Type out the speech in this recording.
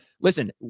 listen